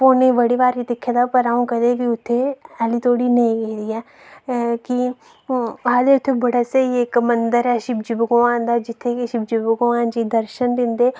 फोने च बड़ी बारी दिक्खे दा पर अ'ऊं उत्थै अजें धोड़ी नेईं गेदी आं कि आखदे उत्थै बड़ा स्हेई इक मंदर ऐ शिवजी भगोआन दा जित्थै कि शिवजी भगोआन दर्शन दिंदे